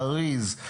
זריז,